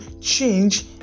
change